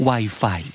Wi-Fi